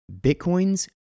Bitcoin's